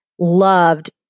loved